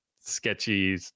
sketchy